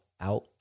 Out